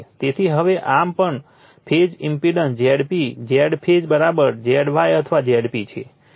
તેથી હવે આમ પર ફેઝ ઈમ્પેડન્સ Zp Zફેઝ Zy અથવા Zp છે